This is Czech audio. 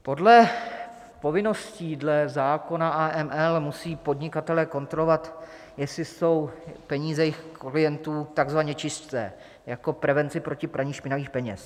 Podle povinností dle zákona AML musí podnikatelé kontrolovat, jestli jsou peníze jejich klientů takzvaně čisté, jako prevence proti praní špinavých peněz.